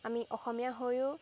আমি অসমীয়া হৈও